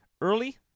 early